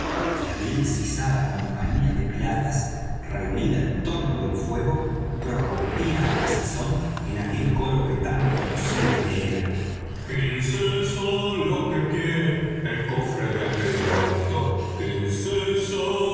y la bien sisada compañía de piratas reunida en torno del fuego prorrumpía á la sazón en aquel coro que tan conocido me era son